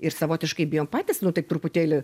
ir savotiškai bijom patys nu taip truputėlį